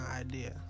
idea